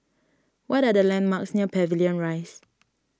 what are the landmarks near Pavilion Rise